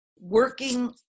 Working